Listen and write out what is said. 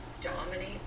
dominate